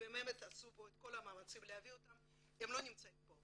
ובאמת עשו את כל המאמצים להביא אותם הם לא נמצאים פה.